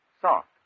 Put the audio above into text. soft